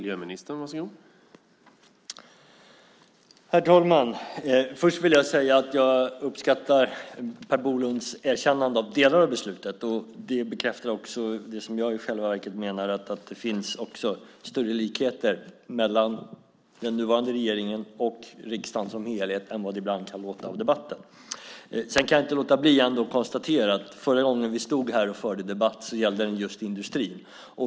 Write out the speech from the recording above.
Herr talman! Först vill jag säga att jag uppskattar Per Bolunds erkännande av delar av beslutet. Det bekräftar också det som jag i själva verket menar: Det finns större likheter mellan den nuvarande regeringen och riksdagen som helhet än vad det ibland kan låta som under debatten. Sedan kan jag inte låta bli att konstatera att förra gången vi stod här och förde debatt så gällde det industrin.